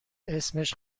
اسمش